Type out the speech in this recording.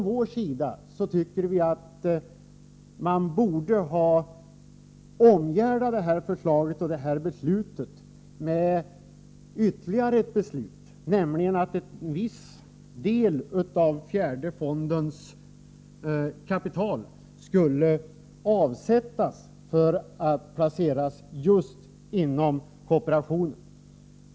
Vi tycker emellertid att det här beslutet borde ha åtföljts av ytterligare ett beslut, nämligen ett beslut om att en viss del av fjärde fondstyrelsens kapital skall avsättas för placering just inom kooperationen.